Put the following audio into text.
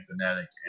fanatic